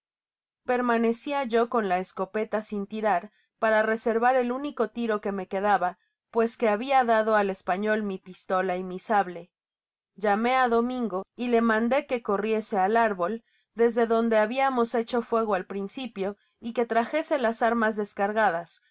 permanecía yo con la escopeta sin tirar para reservar el único tiro que me quedaba pues que habia dado al español mi pistola y mi sable llamé á domingo y le mandé que corriese al árbol desde donde habiamos hecho fuego al principio y que trajese las armas descargadas